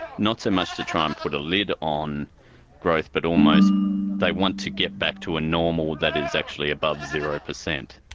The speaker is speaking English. not so much to try and put a lid on growth but almost they want to get back to a normal that is actually above zero percent.